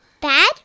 Bad